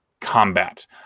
combat